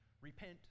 repent